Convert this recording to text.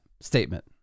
statement